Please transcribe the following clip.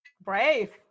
Brave